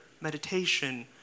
meditation